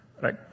Right